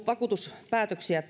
vakuutuspäätöksiä